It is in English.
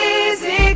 easy